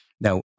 Now